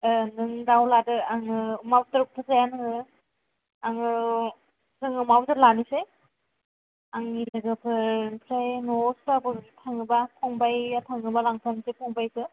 ओ नों दाउ लादो आङो अमा बेदरबोथ' जाया नोङो आङो जोङो अमा बेदर लानोसै आंनि लोगोफोर ओमफ्राय न'आव सोरबाफोर थाङोबा फंबाइया थांबा लांफानोसै फंबाइखौ